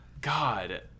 God